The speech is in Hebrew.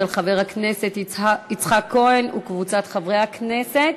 של חבר הכנסת יצחק כהן וקבוצת חברי הכנסת.